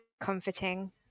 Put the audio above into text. comforting